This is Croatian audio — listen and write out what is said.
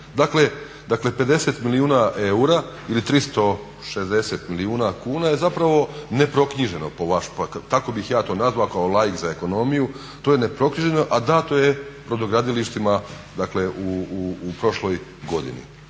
Dakle 50 milijuna eura ili 360 milijuna kuna je zapravo neproknjiženo, pa tako bi ja to nazvao kao laik za ekonomiju, to je neproknjiženo a dato je brodogradilištima dakle u prošloj godini.